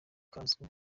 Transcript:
kazwi